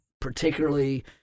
particularly